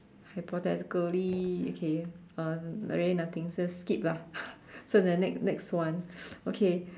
hypothetically okay uh really nothing just skip lah so the next next one okay